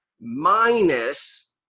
minus